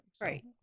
right